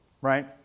Right